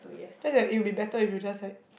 just like it will be better if you just like